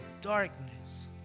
darkness